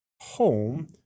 home